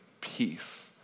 peace